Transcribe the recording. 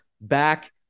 back